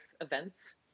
events